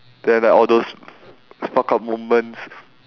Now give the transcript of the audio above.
then like all those fuck up moments